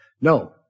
No